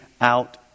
out